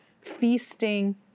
feasting